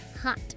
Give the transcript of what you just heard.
hot